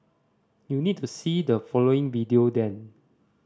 you need to see the following video then